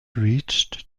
reached